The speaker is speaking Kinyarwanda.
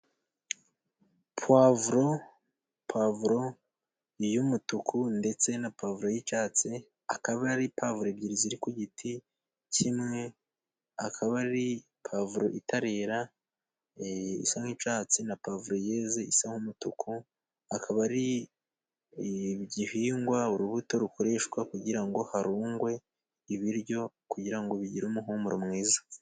Puwavuro, puwavuro y'umutuku ndetse na puwavuro y'icyatsi, akaba ari puwavuro ebyiri ziri ku giti kimwe, akaba ari puwavuro itari yera isa nk'icyatsi, na puwavuro isa nk'umutuku, akaba ari igihingwa, urubuto rukoreshwa Kugira ngo harugwe ibiryo, kugira ngo bigire umuhuumuro mwiza.